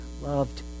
loved